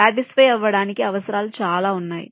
satisfy అవ్వడానికి అవసరాలు చాలా ఉన్నాయి